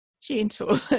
gentle